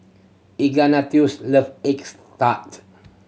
Ignatius love eggs tart